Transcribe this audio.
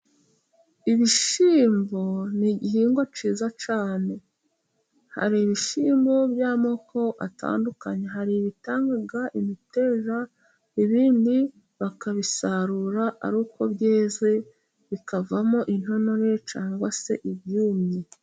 Ibishyimbo ni igihingwa cyiza cyane. Hari ibishyimbo by'amoko atandukanye, hari ibitanga imiteraja, ibindi bakabisarura ari uko byeze bikavamo intonore cyangwa se ibyumye.